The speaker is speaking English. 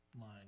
line